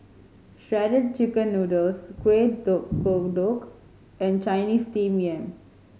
Shredded Chicken Noodles kuih kodok and Chinese Steamed Yam